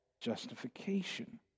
justification